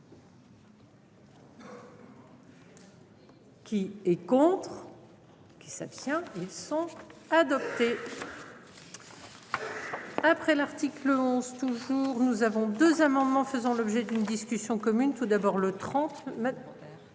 Qui est contre. Qui s'abstient. Ils sont adoptés. Après l'article 11 toujours, nous avons 2 amendements faisant l'objet d'une discussion commune. Tout d'abord le 30.